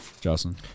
Justin